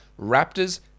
Raptors